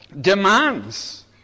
demands